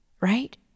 Right